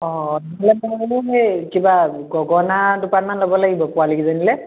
অ সেই কিবা গগনা দুপাতমান ল'ব লাগিব পোৱালীকেইজনীলৈ